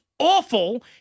Awful